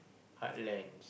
heartlands